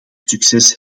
succes